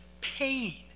pain